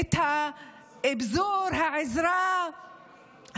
את האבזור, את העזרה ואת